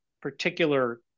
particular